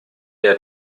der